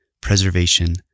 preservation